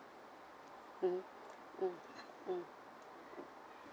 mmhmm mm mm